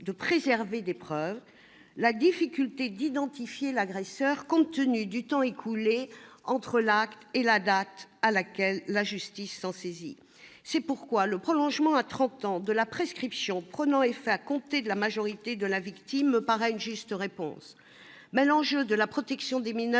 de préserver les preuves et à la difficulté d'identifier l'agresseur, compte tenu du temps écoulé entre l'acte et la date à laquelle la justice s'en saisit. C'est pourquoi le prolongement à trente ans de la prescription prenant effet à compter de la majorité de la victime me paraît une Parce que ces délits ne doivent pas rester